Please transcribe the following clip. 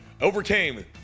overcame